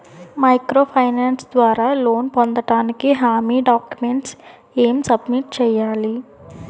Micro finance ద్వారా loan పొందటానికి హామీ డాక్యుమెంట్స్ ఎం సబ్మిట్ చేయాలి?